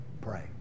pray